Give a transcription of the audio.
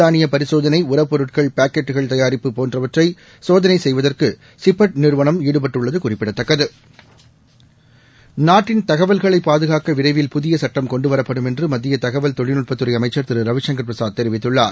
தானியபரிசோதனைஉரப் பொருட்கள் பாக்கெட்டுகள் தயாரிப்பு உணவு போன்றவற்றைசோதனைசெய்வதற்குசிப்பெட் நிறுவனம் ஈடுபட்டுள்ளதுகுறிப்பிடத்தக்கது நாட்டின்தகவல்களைபாதுகாக்கவிரைவில்புதியசட்டம் கொண்டுவரப்படும்என்றுமத்தியதகவல்தொழில்நுட்பத் துறைஅமைச்சர்திரு ரவிசங்கர்பிரசாத்தெரிவித்துள்ளார்